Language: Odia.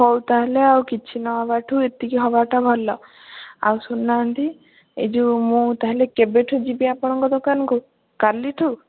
ହଉ ତା' ହେଲେ ଆଉ କିଛି ନ ହେବାଠୁ ଏତିକି ହେବାଟା ଭଲ ଆଉ ଶୁଣୁନାହାନ୍ତି ଏ ଯେଉଁ ମୁଁ ତା'ହେଲେ କେବେଠୁ ଯିବି ଆପଣଙ୍କ ଦୋକାନକୁ କାଲିଠୁ